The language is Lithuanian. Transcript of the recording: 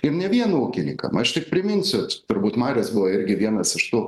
ir ne vien ūkininkam aš tik priminsiu turbūt marius buvo irgi vienas iš tų